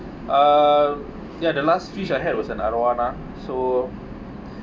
err ya the last fish I had was arowana so